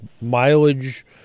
mileage